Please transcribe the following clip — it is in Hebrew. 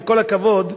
בכל הכבוד,